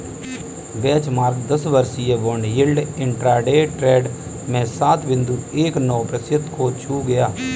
benchmark दस वर्षीय bond yield intraday trade में सात बिंदु एक नौ प्रतिशत को छू गया